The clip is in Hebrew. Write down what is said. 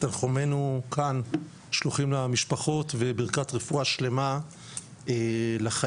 תנחומינו כאן שלוחים למשפחות וברכת רפואה שלמה לחייל,